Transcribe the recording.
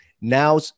Now